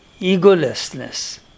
egolessness